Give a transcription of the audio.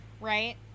right